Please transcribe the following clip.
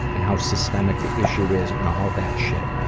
and how systemic the issue is and all that shit.